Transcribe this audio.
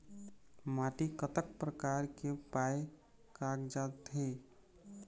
माटी कतक प्रकार के पाये कागजात हे?